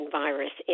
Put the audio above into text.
virus